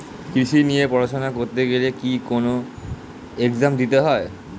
কৃষি নিয়ে পড়াশোনা করতে গেলে কি কোন এগজাম দিতে হয়?